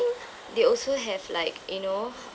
they also have like you know